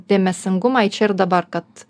dėmesingumą į čia ir dabar kad